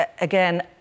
again